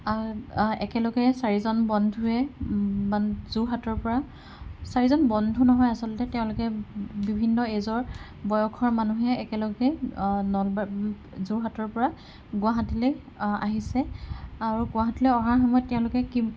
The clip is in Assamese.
একেলগে চাৰিজন বন্ধুৱে যোৰহাটৰ পৰা চাৰিজন বন্ধু নহয় আচলতে তেওঁলোকে বিভিন্ন এজৰ বয়সৰ মানুহে একেলগে নলবা যোৰহাটৰ পৰা গুৱাহাটীলে আহিছে আৰু গুৱাহাটীলে অহাৰ সময়ত তেওঁলোকে কি